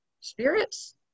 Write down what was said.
spirits